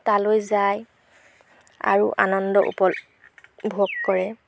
তালৈ যায় আৰু আনন্দ উপভোগ কৰে